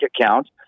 account